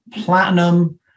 platinum